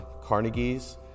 Carnegie's